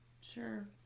sure